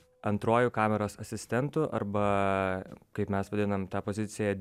antruoju kameros asistentu arba kaip mes vadiname tą poziciją